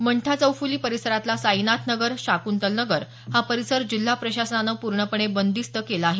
मंठा चौफ़ली परिसरातला साईनाथनगर शाकुंतलनगर हा परिसर जिल्हा प्रशासनानं पूर्णपणे बंदिस्त केला आहे